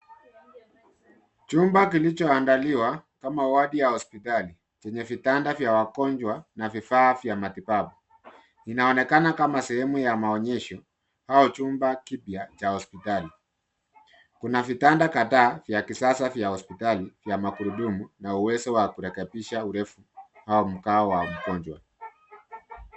Chumba kilichoandaliwa kama wodi ya hospitali, chenye vitanda vya wagonjwa na vifaa vya matibabu. Inaonekana kama sehemu ya maonyesho au chumba kipya cha hospitali. Kuna vitanda kadhaa vya kisasa vya hospitali, vya magurudumu na uwezo wa kurekebisha urefu au mkao wa mgonjwa.